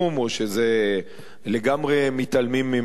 או שלגמרי מתעלמים ממנה.